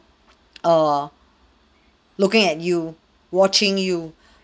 err looking at you watching you